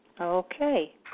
Okay